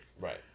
Right